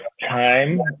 time